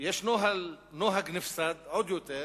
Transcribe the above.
יש נוהג נפסד עוד יותר,